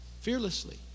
fearlessly